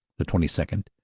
the twenty second,